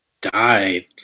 died